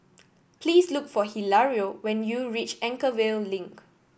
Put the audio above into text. please look for Hilario when you reach Anchorvale Link